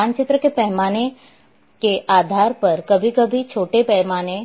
मानचित्र के पैमाने के आधार पर कभी कभी छोटे पैमाने